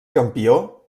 campió